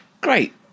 great